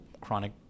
chronic